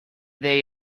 they